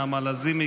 נעמה לזימי,